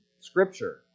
scripture